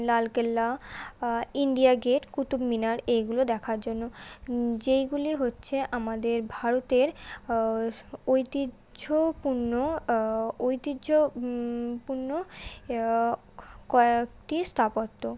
Lal Qila India Gate Qutub Minar এইগুলো দেখার জন্য যেইগুলি হচ্ছে আমাদের ভারতের স্ ঐতিহ্যপূর্ণ ঐতিহ্য পূর্ণ কয়েকটি স্থাপত্য